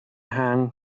hand